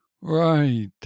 Right